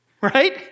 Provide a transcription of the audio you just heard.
Right